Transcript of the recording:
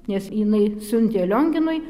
nes jinai siuntė lionginui